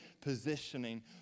positioning